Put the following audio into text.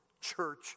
church